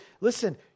listen